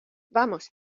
vamos